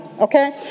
okay